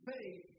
Faith